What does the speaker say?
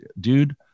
dude